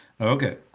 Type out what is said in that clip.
Okay